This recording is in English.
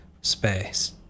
space